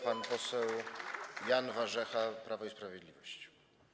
Pan poseł Jan Warzecha, Prawo i Sprawiedliwość.